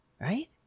right